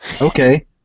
Okay